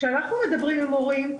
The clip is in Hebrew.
כשאנחנו מדברים עם הורים,